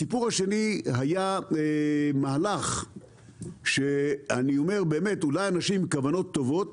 הסיפור השני היה מהלך של אנשים עם כוונות טובות,